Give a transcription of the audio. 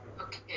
Okay